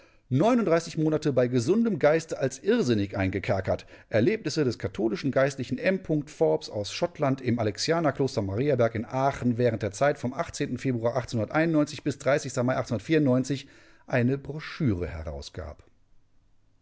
monate bei gesundem geiste als irrsinnig eingekerkert erlebnisse des katholischen geistlichen m forbes aus schottland im alexianerkloster mariaberg in aachen während der zeit vom februar eine broschüre herausgab